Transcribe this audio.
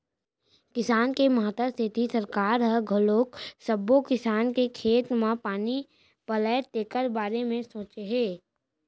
किसानी के महत्ता सेती सरकार ह घलोक सब्बो किसान के खेत म पानी पलय तेखर बारे म सोचे हे